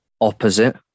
opposite